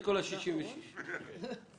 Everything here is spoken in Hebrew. את כל 66 ההסתייגויות.